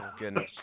goodness